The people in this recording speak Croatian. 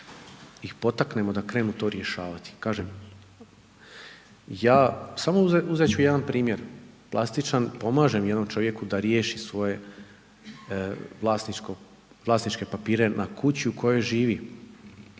ih potaknemo da krenemo to rješavati. I kažem, ja sam o uzeti ću jedan primjer, plastičan, pomažem jednom čovjeku da riješi svoje vlasničko, vlasničke papire na kući u kojoj živi.